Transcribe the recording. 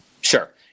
Sure